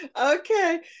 Okay